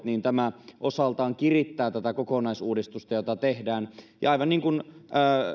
niin tämä osaltaan kirittää tätä kokonaisuudistusta jota tehdään ja aivan niin kuin